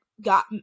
got